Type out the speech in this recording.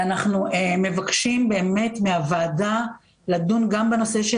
אנחנו מבקשים מהוועדה לדון בנושא של